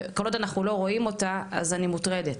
כל עוד אנחנו לא רואים אותה אז אני מוטרדת,